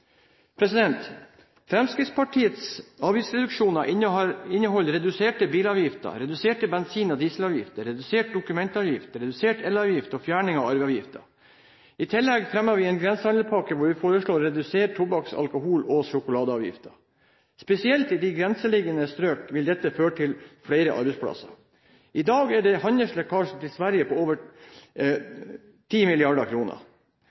Fremskrittspartiets avgiftsreduksjoner inneholder reduserte bilavgifter, reduserte bensin- og dieselavgifter, redusert dokumentavgift, redusert elavgift og fjerning av arveavgiften. I tillegg fremmer vi en grensehandelspakke hvor vi foreslår å redusere tobakk-, alkohol- og sjokoladeavgiftene. Spesielt i de grenseliggende strøkene vil dette føre til flere arbeidsplasser. I dag er handelslekkasjen til Sverige på over